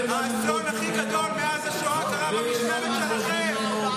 האסון הכי גדול מאז השואה קרה במשמרת שלכם.